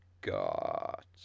got